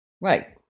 Right